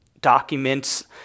documents